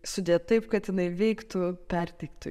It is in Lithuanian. sudėt taip kad jinai veiktų perteiktų